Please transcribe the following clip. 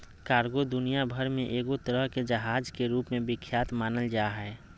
cargo दुनिया भर मे एगो तरह के जहाज के रूप मे विख्यात मानल जा हय